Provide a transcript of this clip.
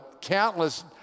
countless